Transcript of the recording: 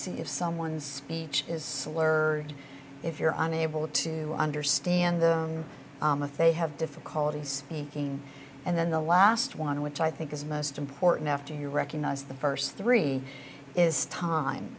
see if someone speech is slurred if you're on able to understand them if they have difficulty speaking and then the last one which i think is most important after you recognize the first three is time